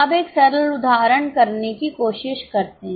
अब एक सरल उदाहरण करने की कोशिश करते हैं